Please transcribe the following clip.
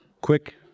quick